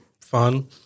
fun